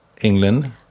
England